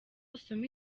usome